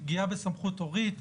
פגיעה בסמכות הורית,